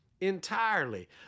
entirely